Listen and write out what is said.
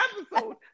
episode